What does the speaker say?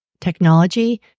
technology